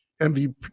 MVP